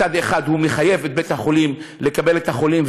מצד אחד הוא מחייב את בית-החולים לקבל את החולים,